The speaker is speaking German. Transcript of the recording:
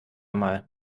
mal